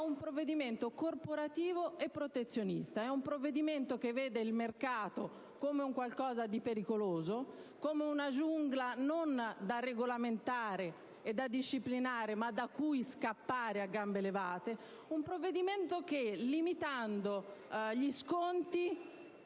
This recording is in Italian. un provvedimento corporativo e protezionista, che vede il mercato come un qualcosa di pericoloso, come una giungla non da regolamentare e da disciplinare, ma da cui scappare a gambe levate. Questo provvedimento dovrebbe invogliare